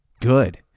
good